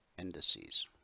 indices